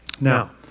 Now